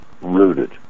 rooted